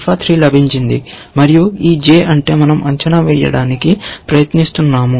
దీనికి కొంత ఆల్ఫా 3 లభించింది మరియు ఈ j అంటే మనం అంచనా వేయడానికి ప్రయత్నిస్తున్నాము